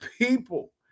People